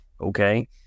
Okay